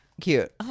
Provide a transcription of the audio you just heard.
cute